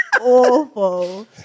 awful